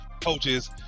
coaches